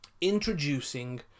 introducing